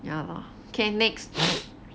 ya lah can next